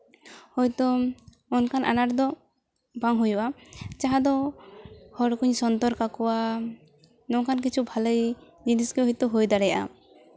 ᱦᱳᱭᱛᱳ ᱚᱱᱟᱱ ᱟᱱᱟᱴ ᱫᱚ ᱵᱟᱝ ᱦᱩᱭᱩᱜᱼᱟ ᱡᱟᱦᱟᱸ ᱫᱚ ᱦᱚᱲ ᱠᱩᱧ ᱥᱚᱱᱛᱚᱨ ᱠᱟᱠᱚᱣᱟ ᱱᱚᱝᱠᱟᱱ ᱠᱤᱪᱷᱩ ᱵᱷᱟᱜᱮ ᱡᱤᱱᱤᱥᱜᱮ ᱦᱳᱭᱛᱳ ᱦᱩᱭ ᱫᱟᱲᱮᱭᱟᱜᱼᱟ